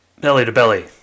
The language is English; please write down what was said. belly-to-belly